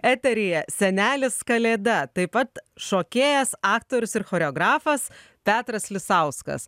eteryje senelis kalėda taip pat šokėjas aktorius ir choreografas petras lisauskas